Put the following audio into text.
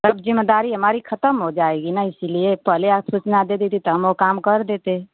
और ज़िम्मेदारी हमारी खत्म हो जाएगी ना इसीलिए पहले आप सूचना दे देते तो हम वह काम कर देते